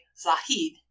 Zahid